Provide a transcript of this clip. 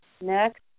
next